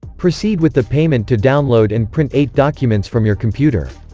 proceed with the payment to download and print eight documents from your computer.